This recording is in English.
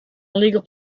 illegal